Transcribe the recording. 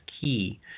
key